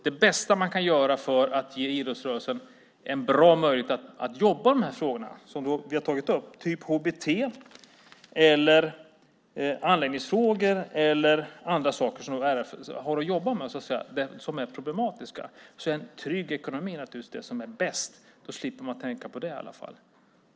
Det bästa man kan göra för att ge idrottsrörelsen en bra möjlighet att jobba med de frågor vi har tagit upp, typ HBT, anläggningsfrågor eller andra saker som RF har att jobba med som är problematiska, är naturligtvis att ge dem en trygg ekonomi. Då slipper man tänka på det i alla fall.